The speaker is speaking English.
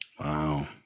Wow